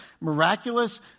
miraculous